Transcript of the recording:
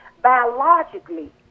biologically